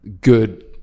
good